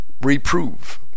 reprove